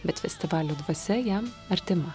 bet festivalio dvasia jam artima